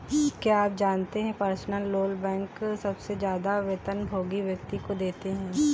क्या आप जानते है पर्सनल लोन बैंक सबसे ज्यादा वेतनभोगी व्यक्ति को देते हैं?